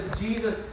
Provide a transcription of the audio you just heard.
Jesus